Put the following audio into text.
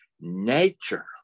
nature